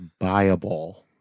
viable